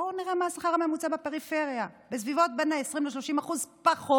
בואו נראה מה השכר הממוצע בפריפריה: בסביבות בין 20% ל-30% פחות,